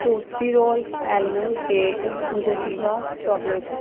Tootsie roll almond cake Godiva chocolate